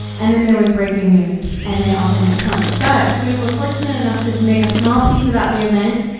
and then there was breaking news, and they all didn't come. but we were fortunate enough to make a small piece about the event.